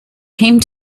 came